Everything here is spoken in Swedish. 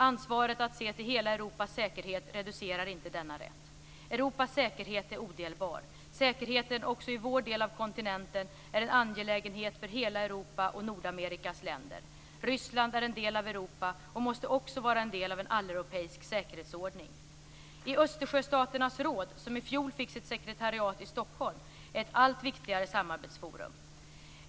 Ansvaret att se till hela Europas säkerhet reducerar inte denna rätt. Europas säkerhet är odelbar. Säkerheten också i vår del av kontinenten är en angelägenhet för hela Europa och Nordamerikas länder. Ryssland är en del av Europa och måste också vara en del av en alleuropeisk säkerhetsordning. Östersjöstaternas råd, som i fjol fick sitt sekretariat i Stockholm, är ett allt viktigare samarbetsforum.